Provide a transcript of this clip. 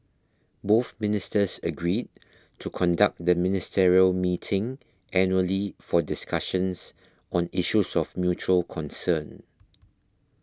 both ministers agreed to conduct the ministerial meeting annually for discussions on issues of mutual concern